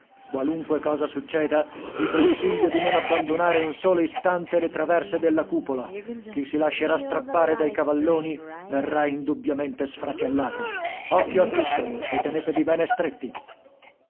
qualunque cosa succeda vi consiglio di non abbandonare un solo istante le traverse della cupola chi si lascerà strappare dai cavalloni verrà indubbiamente sfracellato occhio a tutto e tenetevi bene stretti